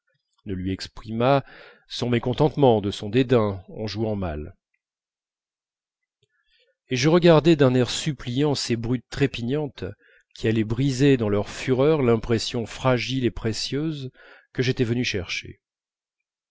ne lui exprimât son mécontentement et son dédain en jouant mal et je regardais d'un air suppliant ces brutes trépignantes qui allaient briser dans leur fureur l'impression fragile et précieuse que j'étais venu chercher